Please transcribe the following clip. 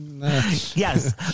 yes